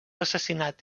assassinat